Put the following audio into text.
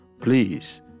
please